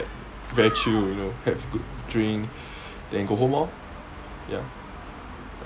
very chill you know have a good drink then go home lor ya